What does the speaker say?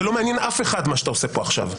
זה לא מעניין אף אחד מה שאתה עושה פה עכשיו,